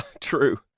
True